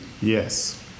Yes